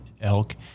elk